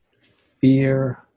fear